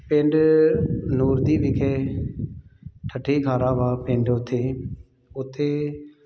ਪਿੰਡ ਨੂਰਦੀ ਵਿਖੇ ਠੱਠੀ ਖਾਰਾ ਵਾ ਪਿੰਡ ਉੱਥੇ ਉੱਥੇ